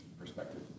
perspective